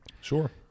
Sure